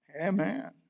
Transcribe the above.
Amen